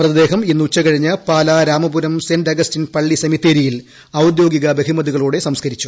മൃതദേഹം ഇന്ന് ഉച്ചകഴിഞ്ഞ് പാലാ രാമപുരം സെന്റ് അഗസ്റ്റിൻ പള്ളി സെമിത്തേരിയിൽ ഔദ്യോഗിക ബഹുമതികളോടെ സംസ്കരിച്ചു